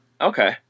Okay